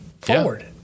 forward